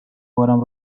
بارم